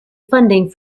funding